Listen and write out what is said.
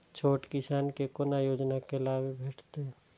छोट किसान के कोना योजना के लाभ भेटते?